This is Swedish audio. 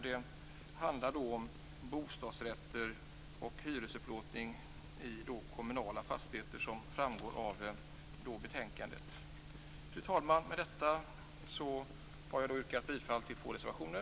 Det handlar om bostadsrätter och hyresupplåtelser i kommunala fastigheter, som framgår av betänkandet. Fru talman! Med detta har jag yrkat bifall till två reservationer.